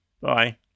Bye